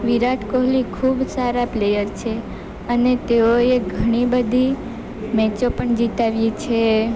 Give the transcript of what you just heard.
વિરાટ કોહલી ખૂબ સારા પ્લેયર છે અને તેઓએ ઘણીબધી મેચો પણ જીતાડી છે